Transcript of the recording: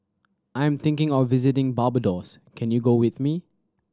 I'm thinking of visiting Barbados can you go with me